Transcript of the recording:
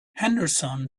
henderson